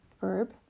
verb